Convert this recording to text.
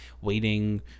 Waiting